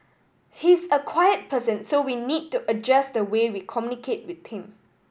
he's a quiet person so we need to adjust the way we communicate with him